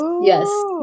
yes